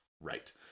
Right